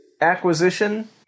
acquisition